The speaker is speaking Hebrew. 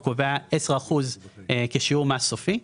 הוא קובע 10% כשיעור מס סופי.